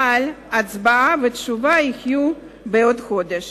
אבל הצבעה ותשובה יהיו בעוד חודש.